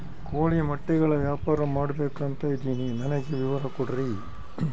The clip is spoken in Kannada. ಕೋಳಿ ಮೊಟ್ಟೆಗಳ ವ್ಯಾಪಾರ ಮಾಡ್ಬೇಕು ಅಂತ ಇದಿನಿ ನನಗೆ ವಿವರ ಕೊಡ್ರಿ?